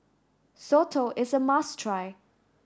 Soto is a must try